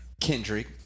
Kendrick